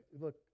look